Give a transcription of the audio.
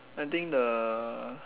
I think the